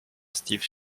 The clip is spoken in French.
steve